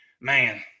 man